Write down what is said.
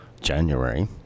January